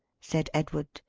said edward.